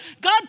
God